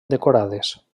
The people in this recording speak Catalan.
decorades